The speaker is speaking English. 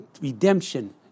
redemption